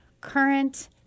current